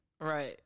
Right